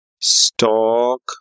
stock